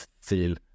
feel